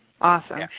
awesome